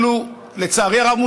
לצערי הרב,